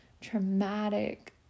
traumatic